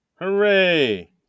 Hooray